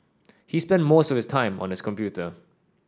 he spent most of his time on his computer